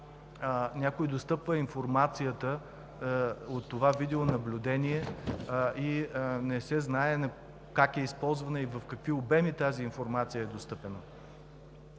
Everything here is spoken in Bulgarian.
някой отстъпва информацията от това видеонаблюдение и не се знае как е използвана и в какви обеми тази информация е достъпна.